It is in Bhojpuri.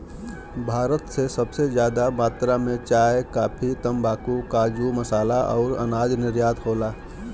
भारत से सबसे जादा मात्रा मे चाय, काफी, तम्बाकू, काजू, मसाला अउर अनाज निर्यात होला